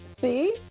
See